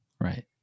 right